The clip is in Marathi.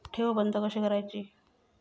ठेव बंद कशी करायची?